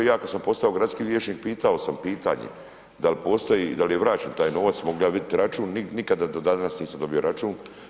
I ja kada sam postao gradski vijećnik pitao sam pitanje da li postoji, da li je vraćen taj novac, mogu li ja vidjeti račun, nikada do danas nisam dobio račun.